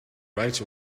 right